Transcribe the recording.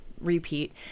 repeat